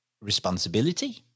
responsibility